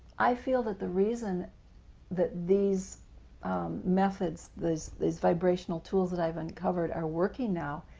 i feel that the reason that these methods, these these vibrational tools that i've uncovered are working now,